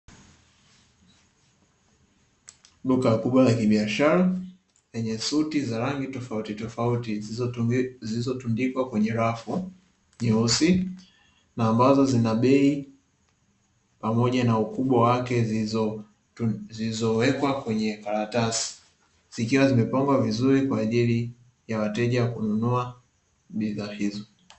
Duka kubwa la kibiashara lenye suti za rangi tofautitofauti, zilizotundikwa kwenye rafu nyeusi na ambazo zina bei pamoja na ukubwa wake zilizowekwa kwenye karatasi. Zikiwa zimepangwa vizuri kwa ajili ya wateja kununua bidhaa hizo.